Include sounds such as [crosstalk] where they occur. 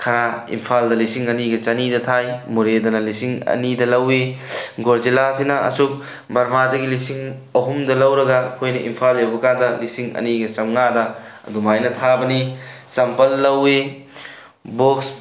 [unintelligible] ꯏꯝꯐꯥꯜꯗ ꯂꯤꯁꯤꯡ ꯑꯅꯤꯒ ꯆꯅꯤꯗ ꯊꯥꯏ ꯃꯣꯔꯦꯗꯅ ꯂꯤꯁꯤꯡ ꯑꯅꯤꯗ ꯂꯧꯏ ꯒꯣꯖꯤꯂꯥꯁꯤꯅ ꯑꯁꯨꯛ ꯕꯔꯃꯥꯗꯒꯤ ꯂꯤꯁꯤꯡ ꯑꯍꯨꯝꯗ ꯂꯧꯔꯒ ꯑꯩꯈꯣꯏꯅ ꯏꯝꯐꯥꯜ ꯌꯧꯕꯀꯥꯟꯗ ꯂꯤꯁꯤꯡ ꯑꯅꯤꯒ ꯆꯥꯝꯃꯉꯥꯗ ꯑꯗꯨꯃꯥꯏꯅ ꯊꯥꯕꯅꯤ ꯆꯝꯄꯜ ꯂꯧꯏ ꯕꯣꯛꯁ